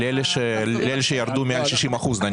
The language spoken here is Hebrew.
לאלה שירדו מעל 60 אחוזים.